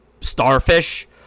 starfish